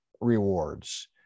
rewards